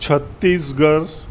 Chhattisgarh